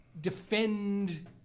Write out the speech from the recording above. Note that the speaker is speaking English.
defend